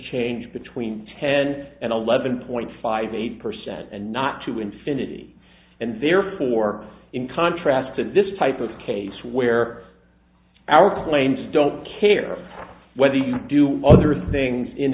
change between ten and eleven point five eight percent and not to infinity and therefore in contrast to this type of case where our planes don't care whether you do other things in